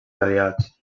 aliats